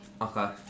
Okay